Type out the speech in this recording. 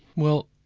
well,